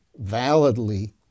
validly